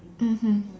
mmhmm